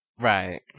Right